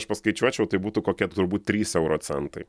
aš paskaičiuočiau tai būtų kokie turbūt trys euro centai